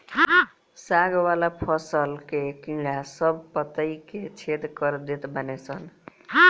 साग वाला फसल के कीड़ा सब पतइ के छेद कर देत बाने सन